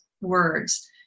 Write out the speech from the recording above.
words